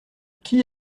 qui